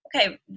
okay